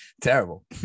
Terrible